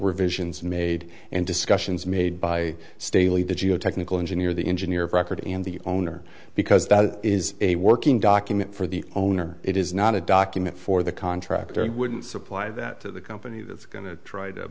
revisions made and discussions made by staley the geotechnical engineer the engineer of record and the owner because that is a working document for the owner it is not a document for the contractor and wouldn't supply that to the company that is going to try to